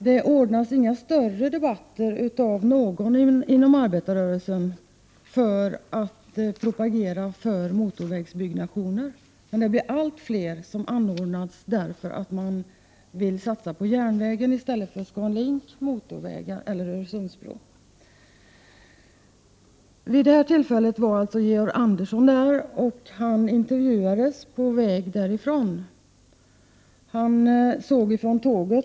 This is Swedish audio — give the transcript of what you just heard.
Det ordnas inte några större debatter av någon inom arbetarrörelsen för att propagera för motorvägsbyggande, men allt fler debatter anordnas därför att man vill satsa på järnvägen i stället för på ScanLink, motorvägar eller Öresundsbro. Vid det här tillfället var alltså Georg Andersson närvarande. Han intervjuades på väg därifrån. Han såg från tåget ...